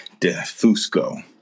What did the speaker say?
DeFusco